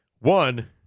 One